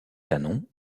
canons